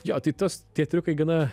jo tai tas tie triukai gana